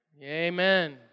Amen